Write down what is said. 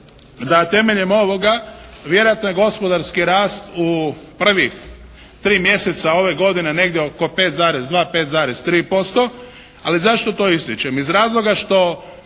da temeljem ovoga vjerojatno je gospodarski rast u prvih tri mjeseca ove godine negdje oko 5,2, 5,3%. Ali zašto to ističem? Iz razloga što